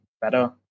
better